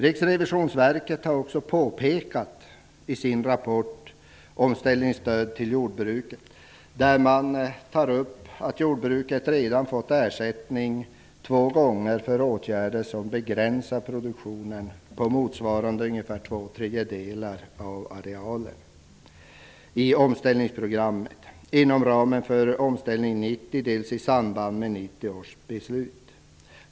Riksrevisionsverket har också påpekat i sin rapport Omställningsstöd till jordbruket att jordbruket redan två gånger fått ersättning för åtgärder som begränsar produktionen motsvarande ungefär två tredjedelar av arealen i Omställningsprogrammet inom ramen för Omställning 90 i samband med 1990 års beslut.